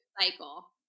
Cycle